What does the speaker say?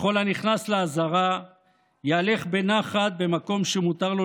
וכל הנכנס לעזרה יהלך בנחת במקום שמותר לו